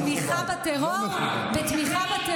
איך שאתה מתנהג ובמה שאתה